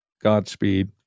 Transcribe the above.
Godspeed